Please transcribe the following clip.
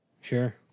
Sure